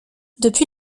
depuis